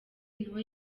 niho